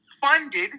funded